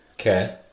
Okay